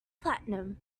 platinum